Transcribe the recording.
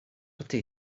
ydy